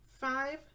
Five